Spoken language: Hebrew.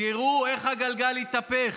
תראו איך הגלגל התהפך: